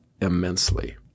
immensely